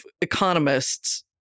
economists